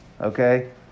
Okay